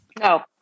No